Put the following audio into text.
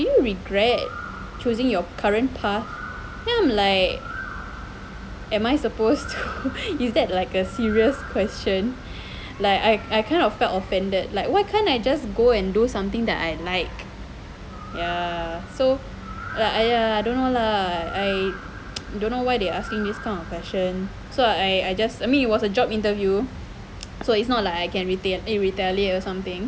do you regret choosing your current path then I'm like am I supposed to is that like a serious question like I I kind of felt offended like why can't I just go and do something that I like ya so err !aiya! don't know lah I don't know why they asking this kind of question so I I just I mean it was a job interview so it's not like I can retaliate or something